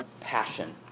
passion